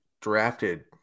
drafted